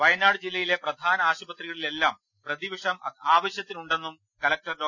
വയനാട് ജില്ലയിലെ പ്രധാന ആശുപത്രികളിലെല്ലാം പ്രതിവിഷം ആവശ്യത്തിനുണ്ടെന്നും കലക്ടർ ഡോ